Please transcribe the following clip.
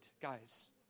guys